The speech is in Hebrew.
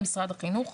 עם משרד החינוך.